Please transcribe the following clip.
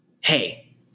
Hey